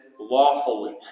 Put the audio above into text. lawfully